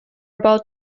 about